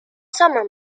summer